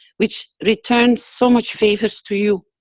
which returns so much favors to you.